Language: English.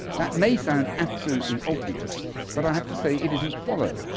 that may sound absolutely obvious but i have to say it isn't followed,